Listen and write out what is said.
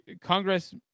Congress